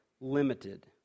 limited